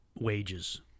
Wages